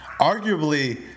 Arguably